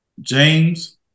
James